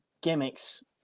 gimmicks